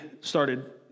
started